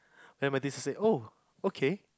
then my teacher said oh okay